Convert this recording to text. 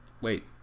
wait